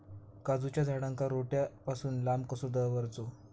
काजूच्या झाडांका रोट्या पासून लांब कसो दवरूचो?